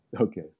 Okay